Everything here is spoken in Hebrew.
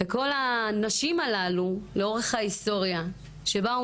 כל הנשים הללו לאורך ההיסטוריה שבאו